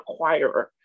acquirer